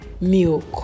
milk